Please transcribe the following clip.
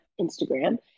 Instagram